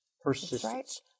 persistence